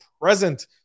present